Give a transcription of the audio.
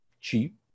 cheap